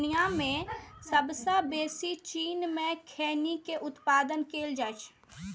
दुनिया मे सबसं बेसी चीन मे खैनी के उत्पादन कैल जाइ छै